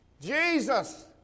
Jesus